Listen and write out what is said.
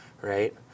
right